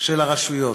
של הרשויות,